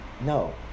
No